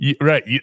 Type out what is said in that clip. right